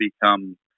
become